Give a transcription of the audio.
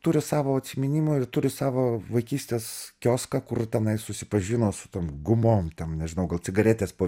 turi savo atsiminimų ir turi savo vaikystės kioską kur tenai susipažino su tom gumom ten nežinau gal cigaretės po